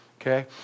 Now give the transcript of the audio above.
Okay